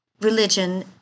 religion